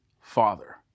Father